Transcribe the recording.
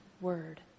word